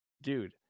Dude